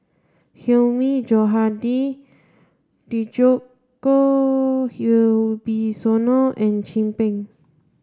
Hilmi Johandi Djoko Wibisono and Chin Peng